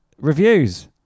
reviews